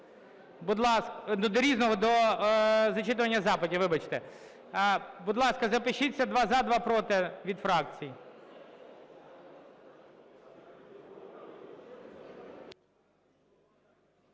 Будь ласка, запишіться: два – за, два – проти, від фракцій.